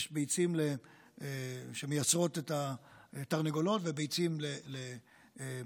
יש ביצים שמייצרות את התרנגולות וביצים למאכל,